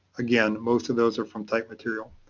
again most of those are from type material.